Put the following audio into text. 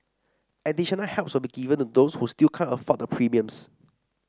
additional helps will be given to those who still can't afford the premiums